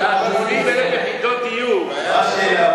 מ-80,000 יחידות הדיור מה השאלה?